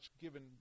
given